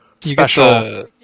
special